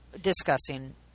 discussing